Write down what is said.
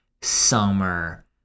summer